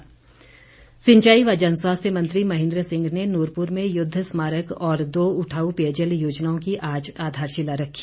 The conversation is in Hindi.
महेन्द्र सिंह सिंचाई व जनस्वास्थ्य मंत्री महेन्द्र सिंह ने नूरपुर में युद्ध स्मारक और दो उठाऊ पेयजल योजना की आज आधारशिला रखी